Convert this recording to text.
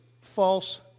false